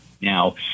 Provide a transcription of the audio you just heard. now